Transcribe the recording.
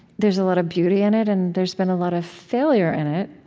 there's a lot of beauty in it, and there's been a lot of failure in it.